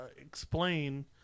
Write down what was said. explain